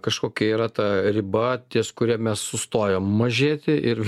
kažkokia yra ta riba ties kuria mes sustojom mažėti ir